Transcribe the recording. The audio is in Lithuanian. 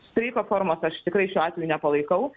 streiko formos aš tikrai šiuo atveju nepalaikau